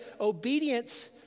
obedience